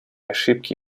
ошибки